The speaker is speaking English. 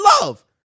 love